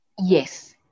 Yes